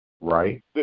right